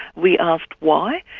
we asked why,